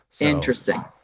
interesting